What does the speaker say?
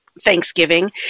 Thanksgiving